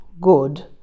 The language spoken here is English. good